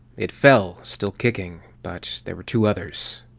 it fell, still kicking-but but there were two others.